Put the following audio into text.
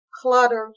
cluttered